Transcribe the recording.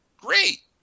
great